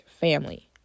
family